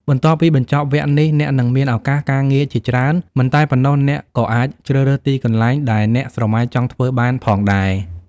បន្ទាប់ពីបញ្ចប់វគ្គនេះ អ្នកនឹងមានឱកាសការងារជាច្រើន មិនតែប៉ុណ្ណោះអ្នកក៏អាចជ្រើសរើសទីកន្លែងដែលអ្នកស្រមៃចង់ធ្វើបានផងដែរ។